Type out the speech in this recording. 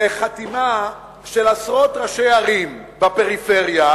וחתימה של עשרות ראשי ערים בפריפריה